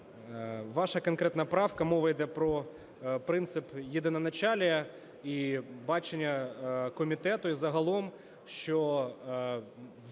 Ваша конкретна правка, мова йде про принцип єдиноначалія і бачення комітету, і загалом, що в органі, як